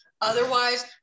Otherwise